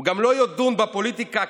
הוא גם לא ידון בפוליטיקה הקטנה,